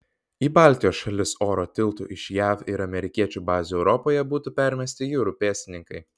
į baltijos šalis oro tiltu iš jav ir amerikiečių bazių europoje būtų permesti jūrų pėstininkai